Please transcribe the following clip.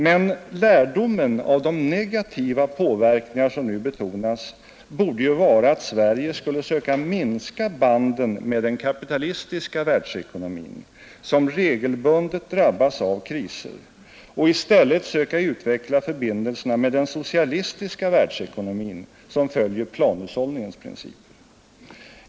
Men lärdomen av de negativa påverkningar som nu betonas borde ju vara att Sverige skulle söka minska banden med den kapitalistiska världsekonomin, som regelbundet drabbas av kriser, och i stället söka utveckla förbindelserna med den socialistiska världsekonomin som följer planhushållningens principer.